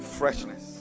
freshness